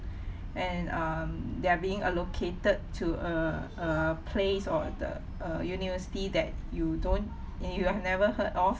and um they're being allocated to a uh place or the uh university that you don't and you have never heard of